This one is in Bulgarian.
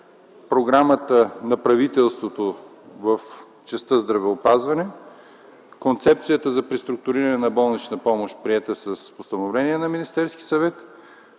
програмата на правителството в частта здравеопазване, Концепцията за преструктуриране на болнична помощ, приета с постановление на Министерския съвет,